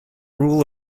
rule